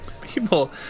people